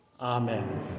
amen